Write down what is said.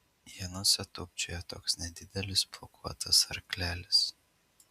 ienose tūpčiojo toks nedidelis plaukuotas arklelis